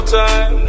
time